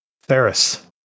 Ferris